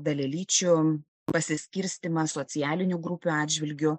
dalelyčių pasiskirstymą socialinių grupių atžvilgiu